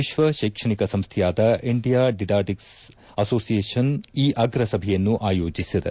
ವಿಶ್ವ ಶೈಕ್ಷಣಿಕ ಸಂಸ್ಥೆಯಾದ ಇಂಡಿಯಾ ಡಿಡಾಡಿಕ್ಯ್ ಅಸೋಸಿಯೇಶನ್ ಈ ಅಗ್ರ ಸಭೆಯನ್ನು ಆಯೋಜಿಸಿದೆ